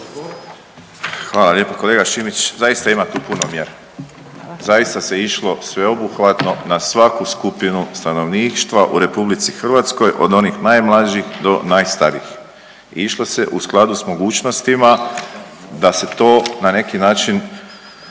Hvala lijepo kolega Šimić. Zaista ima tu puno mjera. Zaista se išlo sveobuhvatno na svaku skupinu stanovništva u Republici Hrvatskoj od onih najmlađih do najstarijih. Išlo se u skladu sa mogućnostima da se to na neki način